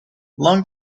long